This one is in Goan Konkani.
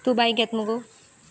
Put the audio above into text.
तू बायक घेत मगो